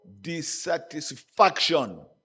dissatisfaction